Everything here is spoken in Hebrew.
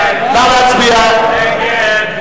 ההסתייגות